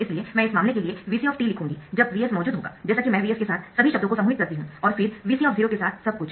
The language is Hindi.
इसलिए मैं इस मामले के लिए Vc लिखूंगी जब Vs मौजूद होगा जैसा कि मैं Vs के साथ सभी शब्दों को समूहित करती हूं और फिर Vc के साथ सब कुछ